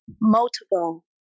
multiple